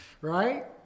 right